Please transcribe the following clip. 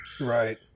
Right